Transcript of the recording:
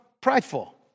prideful